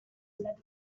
aldatu